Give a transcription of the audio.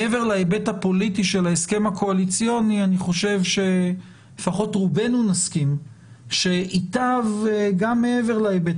מעבר להביט הפוליטי אני חושב שמוסכם על הרוב שייטב גם מעבר להיבט